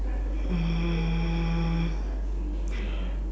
um